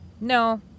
No